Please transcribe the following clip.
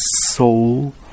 soul